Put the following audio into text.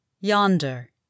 Yonder